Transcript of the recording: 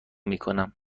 میکنم